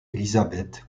elizabeth